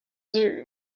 zoom